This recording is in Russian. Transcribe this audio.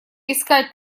искать